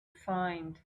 find